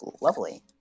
lovely